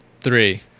Three